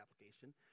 application